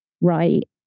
right